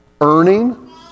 earning